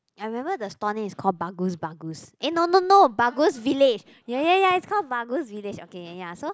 I remember the stall name is called Bagus Bagus eh no no no Bagus-Village ya ya ya it's called Bagus-Village okay ya ya so